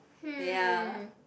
ya